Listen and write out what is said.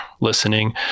listening